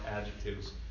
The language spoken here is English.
adjectives